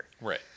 Right